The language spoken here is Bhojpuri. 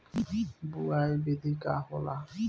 बुआई विधि का होला?